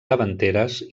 davanteres